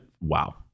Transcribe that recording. Wow